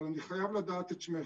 אבל אני חייב לדעת את שמך,